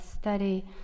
study